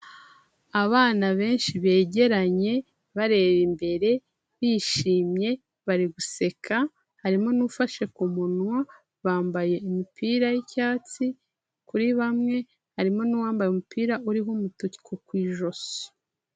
Abana benshi begeranye, bareba imbere bishimye bari guseka harimo nufashe kumuwa bambaye imipira yicyatsi kuri bamwe harimo n'uwambaye umupira uriho umutuku ku ijosi.